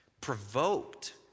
provoked